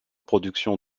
production